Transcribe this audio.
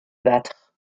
battre